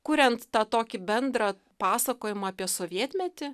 kuriant tą tokį bendrą pasakojimą apie sovietmetį